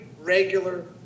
regular